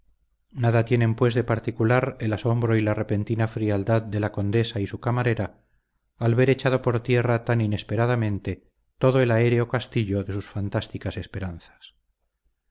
nada tienen pues de particular el asombro y la repentina frialdad de la condesa y su camarera al ver echado por tierra tan inesperadamente todo el aéreo castillo de sus fantásticas esperanzas